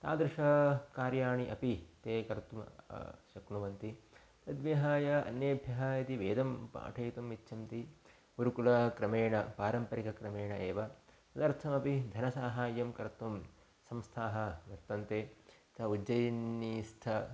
तादृशानि कार्याणि अपि ते कर्तुं शक्नुवन्ति तद्विहाय अन्येभ्यः इति वेदं पाठयितुम् इच्छन्ति गुरुकुलक्रमेण पारम्परिकक्रमेण एव तदर्थमपि धनसाहाय्यं कर्तुं संस्थाः वर्तन्ते तत्र उज्जैन्नीस्था